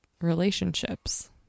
relationships